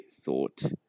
thought